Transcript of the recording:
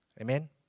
Amen